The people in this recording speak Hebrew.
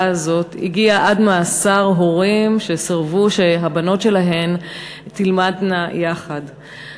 הזאת הגיעו עד מאסר הורים שסירבו שהבנות שלהם תלמדנה יחד עם האחרות.